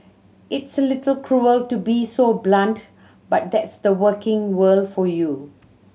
it's a little cruel to be so blunt but that's the working world for you